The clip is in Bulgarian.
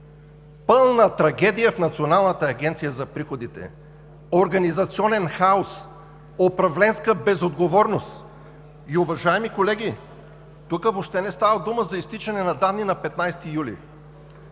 Пълна трагедия в Националната агенция за приходите, организационен хаос, управленска безотговорност! Уважаеми колеги, тук въобще не става дума за изтичане на данни на 15 юли.